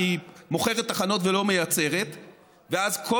כי היא מוכרת תחנות ולא מייצרת ואז כל